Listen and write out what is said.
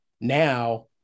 Now